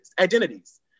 identities